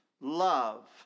love